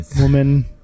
woman